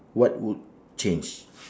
what would change